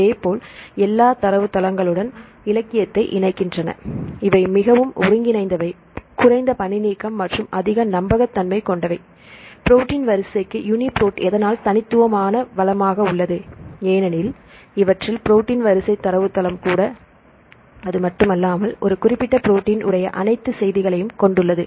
இதேபோல் எல்லா தரவு தளங்களுடன் இலக்கியத்தை இணைக்கின்றன இவை மிகவும் ஒருங்கிணைந்த வை குறைந்த பணிநீக்கம் மற்றும் அதிக நம்பகத்தன்மை கொண்டவை புரோட்டின் வரிசைக்கு யுனிபிராட் எதனால் தனித்துவமான வளமாக உள்ளது ஏனெனில் இவற்றில் புரோட்டின் வரிசை தரவுத்தளம் கூட அதுமட்டுமல்லாமல் ஒரு குறிப்பிட்ட புரோட்டின் உடைய அனைத்து செய்திகளையும் கொண்டுள்ளது